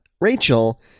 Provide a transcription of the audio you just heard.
Rachel